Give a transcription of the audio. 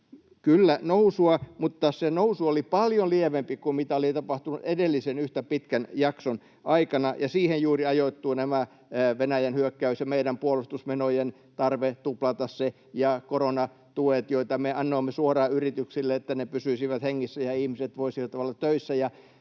kyllä nousua, mutta se nousu oli paljon lievempi kuin mitä oli tapahtunut edellisen yhtä pitkän jakson aikana, ja siihen juuri ajoittui tämä Venäjän hyökkäys ja tarve tuplata meidän puolustusmenot sekä koronatuet, joita me annoimme suoraan yrityksille, että ne pysyisivät hengissä ja ihmiset voisivat olla töissä.